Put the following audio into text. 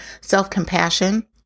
self-compassion